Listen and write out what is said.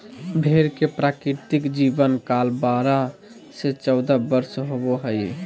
भेड़ के प्राकृतिक जीवन काल बारह से चौदह वर्ष होबो हइ